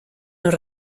los